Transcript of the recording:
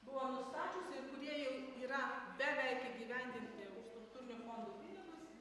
buvo nustačiusi ir kurie jau yra beveik įgyvendinti už struktūrinių fondų pinigus